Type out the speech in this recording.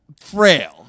frail